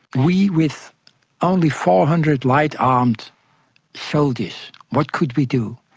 we with only four hundred light-armed soldiers what could we do?